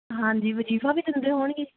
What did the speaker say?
ਹਾਂਜੀ ਵਜ਼ੀਫਾ ਵੀ ਦਿੰਦੇ ਹੋਣਗੇ